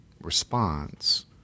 response